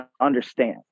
understand